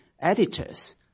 editors